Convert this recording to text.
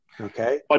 Okay